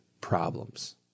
problems